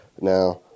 Now